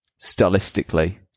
stylistically